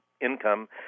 income